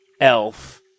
elf